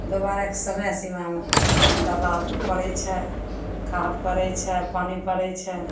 दोबारा कऽ समय सीमामे दबा पड़ैत छै खाद पड़ैत छै पानि पड़ैत छै